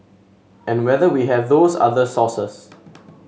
and whether we have those other sources